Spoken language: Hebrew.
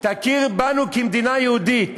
תכיר בנו כמדינה יהודית.